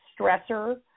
stressor